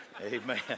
Amen